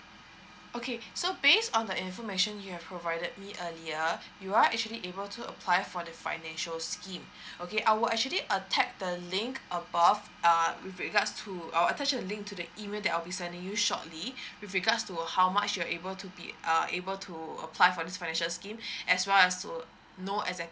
okay so based on the information you've provided me earlier you are actually able to apply for the financial scheme okay I will actually attach the link above err with regards to I will attach the link to the email that I'll be sending you shortly with regards to how much you're able to be err able to apply for this financial scheme as well as to know exactly